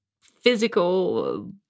physical